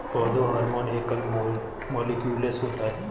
पौधा हार्मोन एकल मौलिक्यूलस होता है